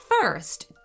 first